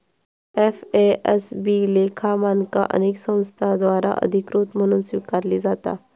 FASB लेखा मानका अनेक संस्थांद्वारा अधिकृत म्हणून स्वीकारली जाता